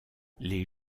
les